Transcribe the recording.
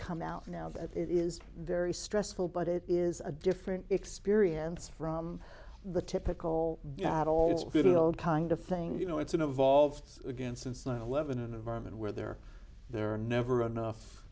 come out now that it is very stressful but it is a different experience from the typical yeah holds good old kind of thing you know it's an evolved again since nine eleven an environment where there there are never enough